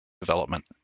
development